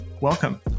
Welcome